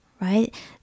right